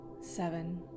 Seven